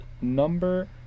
number